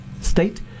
state